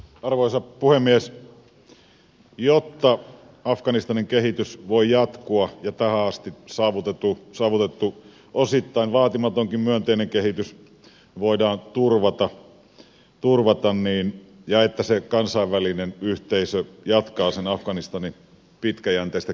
tärkeää on että afganistanin kehitys voi jatkua ja tähän asti saavutettu osittain vaatimatonkin myönteinen kehitys voidaan turvata ja että se kansainvälinen yhteisö jatkaa sen afganistanin pitkäjänteistä kehittämistä